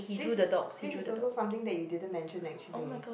this is this is also something that you didn't mention actually